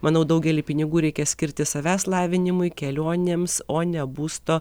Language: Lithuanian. manau daugelį pinigų reikia skirti savęs lavinimui kelionėms o ne būsto